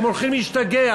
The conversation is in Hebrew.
הם הולכים להשתגע,